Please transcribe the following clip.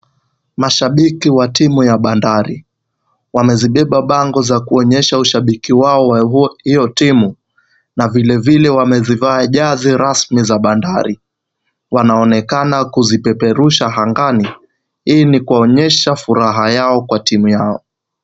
Mashabiki wa timu ya bandari wamezibeba bango za kuonyesha ushabiki wao wa hiyo timu na vilevile wamezivaa jezi rasmi za bandari. Wanaonekana kuzipeperusha angani hii ni kuwaonyesha furaha yao kwa timu yao.